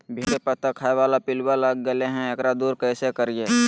भिंडी के पत्ता खाए बाला पिलुवा लग गेलै हैं, एकरा दूर कैसे करियय?